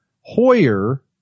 Hoyer